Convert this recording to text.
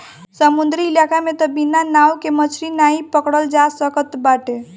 समुंदरी इलाका में तअ बिना नाव के मछरी नाइ पकड़ल जा सकत बाटे